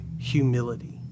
humility